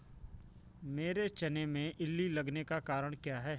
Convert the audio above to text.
मेरे चने में इल्ली लगने का कारण क्या है?